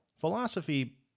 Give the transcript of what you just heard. philosophy